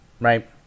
Right